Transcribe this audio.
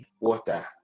water